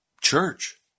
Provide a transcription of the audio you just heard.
church